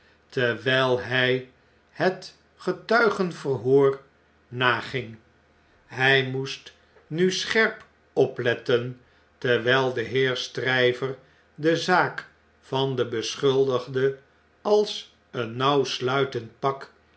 terwjjl hjj het getuigenverhoor naging hjj moest nu scherp opletten terwijl de heer stryver de zaak van den beschuldigde als een nauwsluitend pak